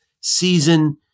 season